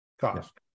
cost